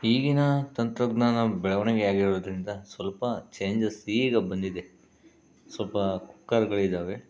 ಈಗಿನ ತಂತ್ರಜ್ಞಾನ ಬೆಳವಣಿಗೆಯಾಗಿರೋದ್ರಿಂದ ಸ್ವಲ್ಪ ಚೇಂಜಸ್ ಈಗ ಬಂದಿದೆ ಸ್ವಲ್ಪ ಕುಕ್ಕರ್ಗಳಿದ್ದಾವೆ